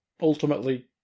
ultimately